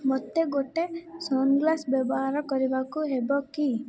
ମୋତେ ଗୋଟେ ସନଗ୍ଳାସ୍ ବ୍ୟବହାର କରିବାକୁ ହେବ କି